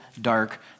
dark